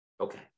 Okay